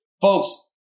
folks